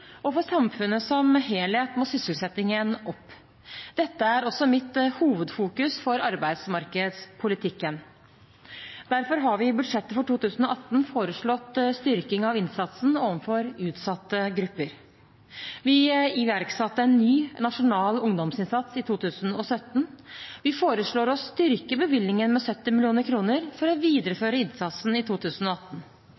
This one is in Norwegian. og for samfunnet som helhet må sysselsettingen opp. Dette er mitt hovedfokus for arbeidsmarkedspolitikken. Derfor har vi i budsjettet for 2018 foreslått styrking av innsatsen overfor utsatte grupper. Vi iverksatte en ny nasjonal ungdomsinnsats i 2017. Vi foreslår å styrke bevilgningen med 70 mill. kr for å